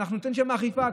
אנחנו ניתן שם אכיפה.